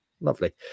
Lovely